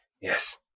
Yes